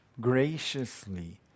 graciously